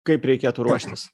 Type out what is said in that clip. kaip reikėtų ruoštis